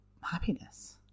happiness